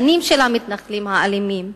הפנים של המתנחלים האלימים,